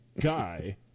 guy